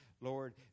Lord